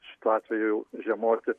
šituo atveju jau žiemoti